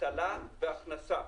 אבטלה והכנסה.